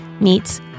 meets